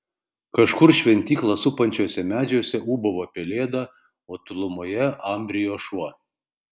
kažkur šventyklą supančiuose medžiuose ūbavo pelėda o tolumoje ambrijo šuo